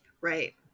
right